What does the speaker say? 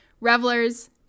Revelers